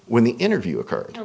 when the interview occurred